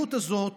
המדיניות הזאת